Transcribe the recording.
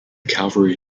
cavalry